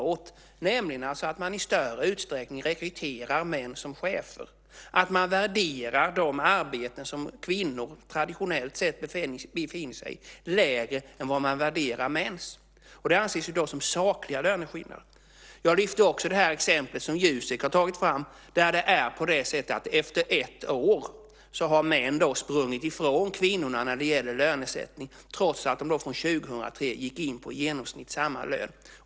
Det är fråga om att i större utsträckning rekrytera män som chefer, och de arbeten som kvinnor traditionellt sett befinner sig i värderas lägre än mäns arbeten. Det anses som sakliga löneskillnader. Jag lyfte också upp exemplet som Jusek har tagit fram, nämligen att efter ett år har män sprungit ifrån kvinnorna när det gäller lönesättning, trots att de under 2003 gick in på i genomsnitt samma lön.